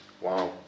Wow